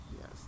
Yes